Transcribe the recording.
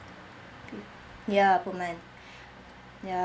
ya ya